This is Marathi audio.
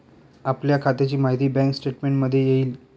आपल्या खात्याची माहिती बँक स्टेटमेंटमध्ये येईल